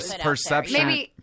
Perception